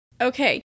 Okay